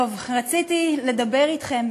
רציתי לדבר אתכם,